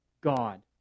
God